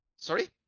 Sorry